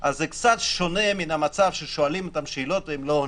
אז זה קצת שונה מהמצב ששואלים אותם שאלות והם לא עונים.